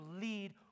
lead